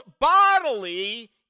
bodily